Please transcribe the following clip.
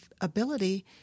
ability